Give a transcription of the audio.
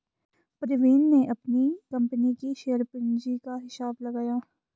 प्रवीण ने अपनी कंपनी की शेयर पूंजी का हिसाब लगाया